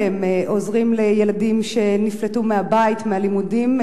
"עלם" עוזרים לילדים שנפלטו מהבית ומהלימודים,